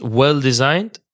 well-designed